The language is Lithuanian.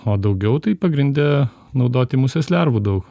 o daugiau tai pagrinde naudoti musės lervų daug